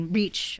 reach